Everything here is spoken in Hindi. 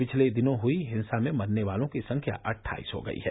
पिछले दिनों हुई हिंसा में मरने वालों की संख्या अट्ठाईस हो गई है